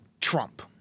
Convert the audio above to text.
Trump